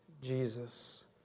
Jesus